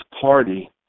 party